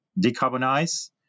decarbonize